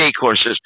courses